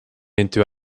into